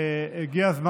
זה הסכם היסטורי,